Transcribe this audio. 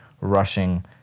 rushing